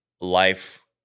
life